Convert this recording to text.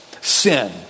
sin